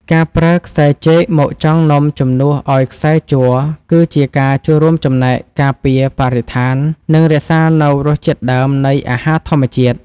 ការប្រើខ្សែចេកមកចងនំជំនួសឱ្យខ្សែជ័រគឺជាការចូលរួមចំណែកការពារបរិស្ថាន និង រក្សានូវរសជាតិដើមនៃអាហារធម្មជាតិ។